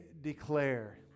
declare